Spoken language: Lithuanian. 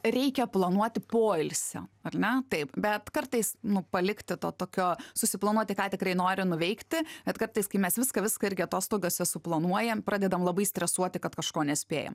reikia planuoti poilsio ar ne taip bet kartais nu palikti to tokio susiplanuoti ką tikrai noriu nuveikti bet kartais kai mes viską viską irgi atostogose suplanuojam pradedam labai stresuoti kad kažko nespėjam